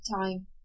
time